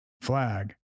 flag